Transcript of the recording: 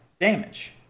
damage